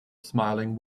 smiling